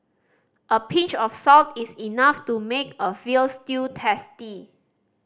a pinch of salt is enough to make a veal stew tasty